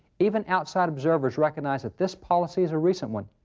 even outside observers recognize that this policy's a recent one.